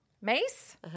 Mace